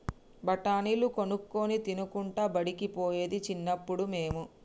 బఠాణీలు కొనుక్కొని తినుకుంటా బడికి పోయేది చిన్నప్పుడు మేము